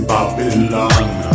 Babylon